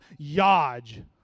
yaj